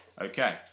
Okay